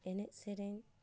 ᱮᱱᱮᱡ ᱥᱮᱨᱮᱧ